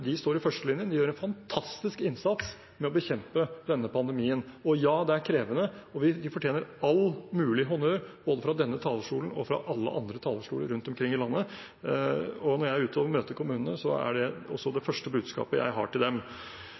står i førstelinjen, de gjør en fantastisk innsats med å bekjempe denne pandemien. Og ja, det er krevende, de fortjener all mulig honnør fra denne talerstolen og fra alle andre talerstoler rundt omkring i landet. Når jeg er ute og møter kommunene, er det også det første budskapet jeg har til dem.